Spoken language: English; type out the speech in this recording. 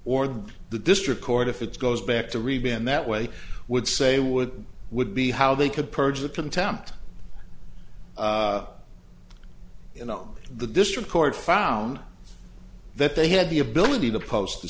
or the district court if it's goes back to review in that way would say would would be how they could purge the contempt you know the district court found that they had the ability to post the